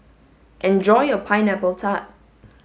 enjoy your pineapple tart